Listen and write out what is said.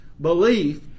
belief